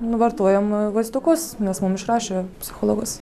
nu vartojam vaistukus nes mum išrašė psichologas